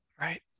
right